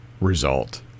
result